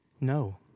No